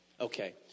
Okay